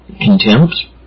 contempt